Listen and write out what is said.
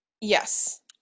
Yes